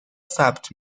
ثبت